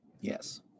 Yes